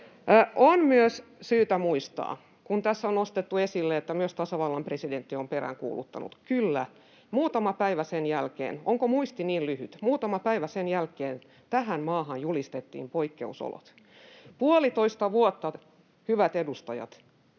On myös syytä muistaa — kun tässä on nostettu esille, että myös tasavallan presidentti on sitä peräänkuuluttanut — että, kyllä, muutama päivä sen jälkeen — onko muisti niin lyhyt? — muutama päivä sen jälkeen tähän maahan julistettiin poikkeusolot. Puolitoista vuotta, hyvät edustajat,